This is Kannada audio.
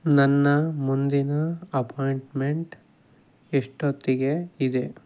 ನನ್ನ ಮುಂದಿನ ಅಪಾಯಿಂಟ್ಮೆಂಟ್ ಎಷ್ಟೊತ್ತಿಗೆ ಇದೆ